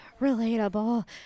relatable